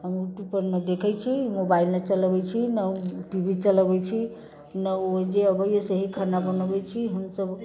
हम YouTube पर नहि देखैत छी मोबाइल नहि चलबैत छी नहि टी वी चलबैत छी नहि ओ जे अबैया सेहि खाना बनबैत छी हमसभ